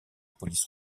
police